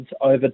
over